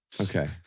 Okay